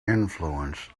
influence